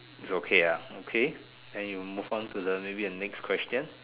it's okay ah okay then you move in to the maybe the next question